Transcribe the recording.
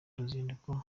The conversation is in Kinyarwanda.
ruzinduko